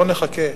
בוא נחכה.